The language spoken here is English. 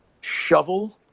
shovel